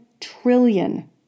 trillion